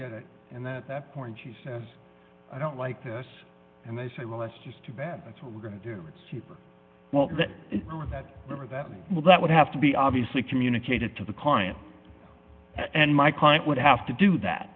get it and then at that point she says i don't like this and they say well that's just too bad that's what we're going to do it's cheaper well that that number that we will that would have to be obviously communicated to the client and my client would have to do that